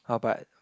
how but